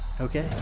Okay